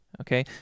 Okay